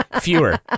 Fewer